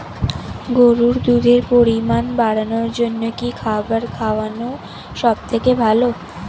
গরুর দুধের পরিমাণ বাড়ানোর জন্য কি খাবার খাওয়ানো সবথেকে ভালো?